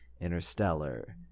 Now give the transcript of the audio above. Interstellar